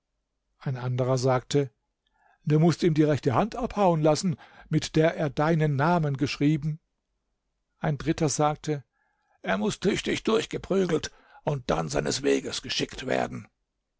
ein anderer sagte du mußt ihm die rechte hand abhauen lassen mit der er deinen namen geschrieben ein dritter sagte er muß tüchtig durchgeprügelt und dann seines weges geschickt werden